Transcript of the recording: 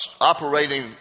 operating